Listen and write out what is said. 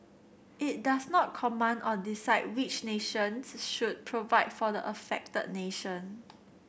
it does not command or decide which nations should provide for the affected nation